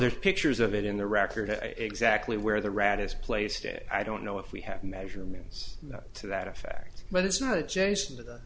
there's pictures of it in the record exactly where the rat is placed in i don't know if we have measurements to that effect but it's not adjacent to